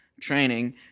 training